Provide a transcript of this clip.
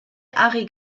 harry